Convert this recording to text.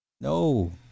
No